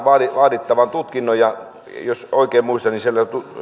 vaadittavan tutkinnon ja jos oikein muistan niin siellä